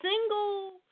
single